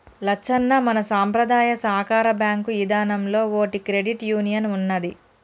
లచ్చన్న మన సంపద్రాయ సాకార బాంకు ఇదానంలో ఓటి క్రెడిట్ యూనియన్ ఉన్నదీ